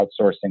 outsourcing